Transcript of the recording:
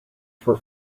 for